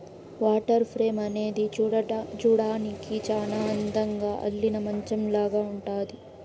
water frame అనేది చూడ్డానికి చానా అందంగా అల్లిన మంచాలాగా ఉంటుంది